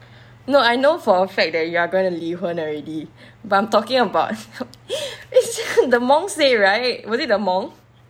no I know for a fact that you're going to 离婚 already but I'm talking about is it the monk say right was it the monk